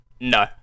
no